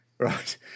Right